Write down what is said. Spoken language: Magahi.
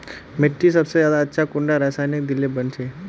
मिट्टी सबसे ज्यादा अच्छा कुंडा रासायनिक दिले बन छै?